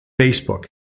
Facebook